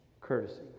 courtesy